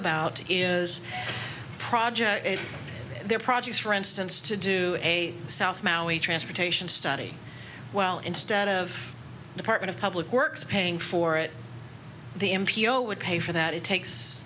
about is project there projects for instance to do a south maui transportation study well instead of department of public works paying for it the m p o would pay for that it takes